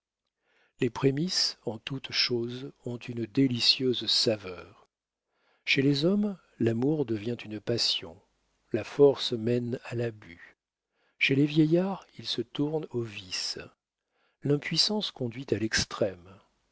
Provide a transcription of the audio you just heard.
les prémices en toute chose ont une délicieuse saveur chez les hommes l'amour devient une passion la force mène à l'abus chez les vieillards il se tourne au vice l'impuissance conduit à l'extrême